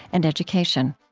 and education